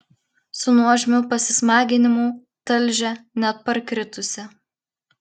su nuožmiu pasismaginimu talžė net parkritusį